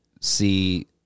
see